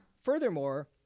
Furthermore